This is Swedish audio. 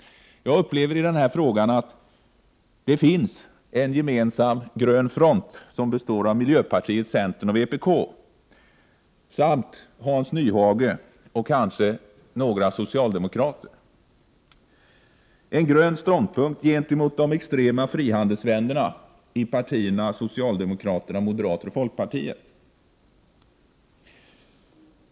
Jag upplever att det i denna fråga finns en gemensam grön front som består av miljöpartiet, centern och vpk samt Hans Nyhage och kanske några socialdemokrater — en grön ståndpunkt gentemot de extrema frihandelsvännerna inom det socialdemokratiska partiet, moderata samlingspartiet och folkpartiet.